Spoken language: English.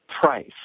price